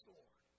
Lord